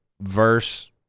verse